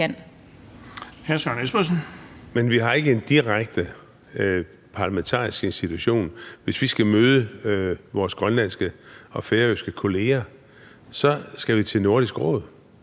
Men vi har ikke en direkte parlamentarisk institution. Hvis vi skal møde vores grønlandske og færøske kolleger, skal vi til Nordisk Råd